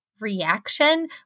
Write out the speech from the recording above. reaction